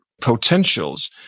potentials